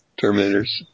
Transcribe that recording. Terminators